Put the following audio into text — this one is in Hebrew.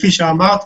כפי שאמרת,